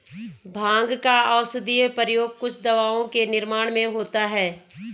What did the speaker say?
भाँग का औषधीय प्रयोग कुछ दवाओं के निर्माण में होता है